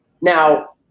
Now